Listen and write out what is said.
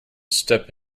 step